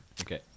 Okay